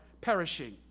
perishing